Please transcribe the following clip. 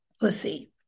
pussy